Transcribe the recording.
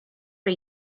for